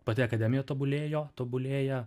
pati akademija tobulėjo tobulėja